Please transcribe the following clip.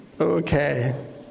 Okay